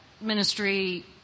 ministry